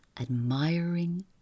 admiring